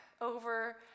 over